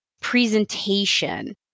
presentation